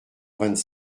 vingt